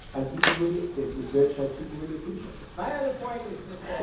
and people really the research shows people really appreciate it my other point is just that.